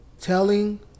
telling